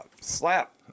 slap